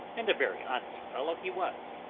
and a very honest fellow he was.